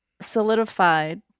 solidified